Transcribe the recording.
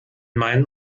meinen